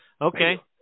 Okay